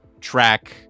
track